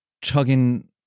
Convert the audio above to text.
chugging